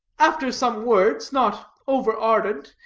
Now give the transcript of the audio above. after some words, not over ardent,